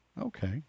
Okay